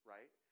Right